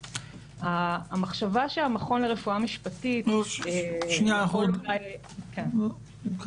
המחשבה שהמכון לרפואה משפטית יכול אולי --- שנייה,